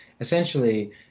essentially